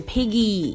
Piggy